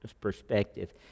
perspective